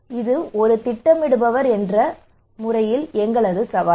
எனவே இது ஒரு திட்டமிடுபவர் என்ற எங்கள் சவால்